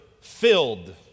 filled